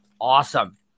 Awesome